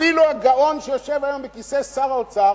אפילו הגאון שיושב היום בכיסא שר האוצר